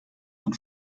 von